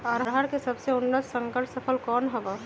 अरहर के सबसे उन्नत संकर फसल कौन हव?